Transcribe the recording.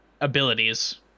abilities